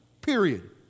Period